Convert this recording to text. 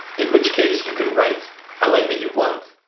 in which case you can write however you want.